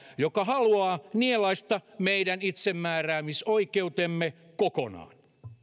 joka haluaa nielaista meidän itsemääräämisoikeutemme kokonaan